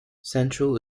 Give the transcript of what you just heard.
central